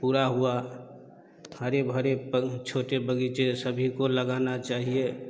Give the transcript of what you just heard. पूरा हुआ हरे भरे छोटे बगीचे सभी को लगाना चाहिए